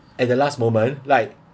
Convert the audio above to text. at the last moment like